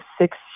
six